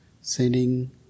sending